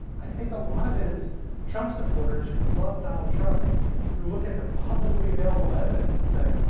i think a lot of it is trump supporters who love donald trump who look at the publicly available evidence and say,